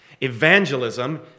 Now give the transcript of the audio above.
Evangelism